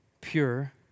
pure